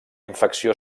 infecció